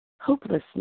hopelessness